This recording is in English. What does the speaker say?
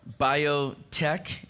biotech